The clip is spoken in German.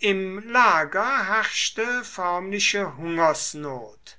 im lager herrschte förmliche hungersnot